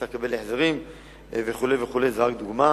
צריך לקבל הסברים וכו' וכו' זאת רק דוגמה.